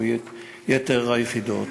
או יתר היחידות.